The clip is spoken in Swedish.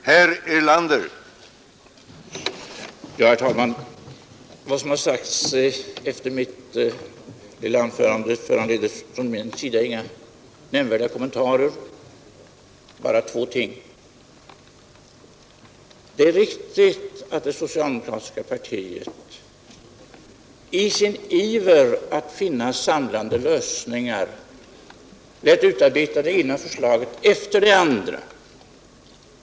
Herr talman! Vad som har anförts efter mitt lilla inlägg föranleder inga nämnvärda kommentarer från min sida. Jag skall bara beröra två saker. Det är riktigt att det socialdemokratiska partiet i sin iver att finna samlande lösningar lät utarbeta det ena förslaget efter det andra.